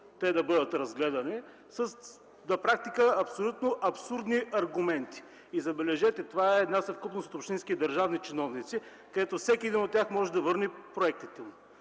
да бъдат разгледани с на практика абсолютно абсурдни аргументи. Забележете, това е съвкупност от общински и държавни чиновници и всеки от тях може да върне проектите